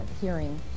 hearing